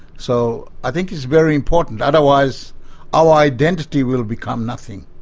so i think it's very important, otherwise our identity will become nothing.